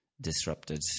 disrupted